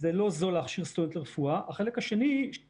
זה לא זול להכשיר סטודנט לרפואה, החלק השני הוא